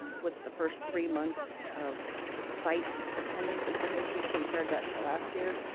um with the first three months of site attendance information compared that to last year,